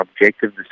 objective